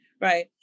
right